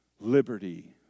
Liberty